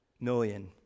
million